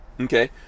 Okay